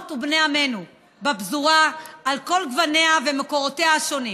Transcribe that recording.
ובני עמנו בפזורה על כל גווניה ומקורותיה השונים.